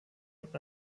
und